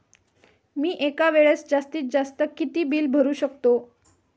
मी एका वेळेस जास्तीत जास्त किती बिल भरू शकतो?